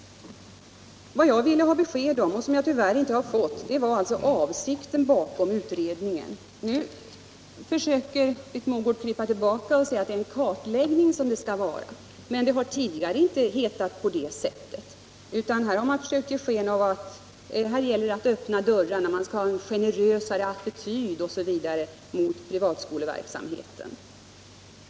Vad jag ville ha besked om och som jag tyvärr inte har fått var alltså avsikten bakom utredningen. Nu försöker Britt Mogård krypa tillbaka. Hon säger att det är en kartläggning, men det har tidigare inte framställts på det sättet. Man har givit sken av att här gäller det att öppna dörrarna, man skall visa en generösare attityd mot privatskoleverksamheten.